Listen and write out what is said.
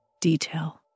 detail